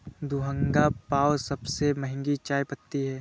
Da Hong Pao सबसे महंगी चाय पत्ती है